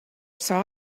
saw